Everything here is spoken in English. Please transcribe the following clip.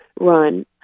run